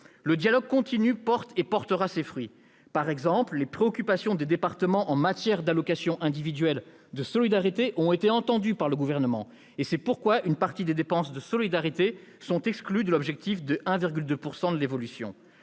Le dialogue continue, il porte et portera encore ses fruits. Par exemple, les préoccupations des départements en matière d'allocations individuelles de solidarité ont été entendues par le Gouvernement, et c'est pourquoi une partie des dépenses de solidarité seront exclues de l'objectif de 1,2 % d'évolution